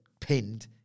pinned